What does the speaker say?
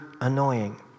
annoying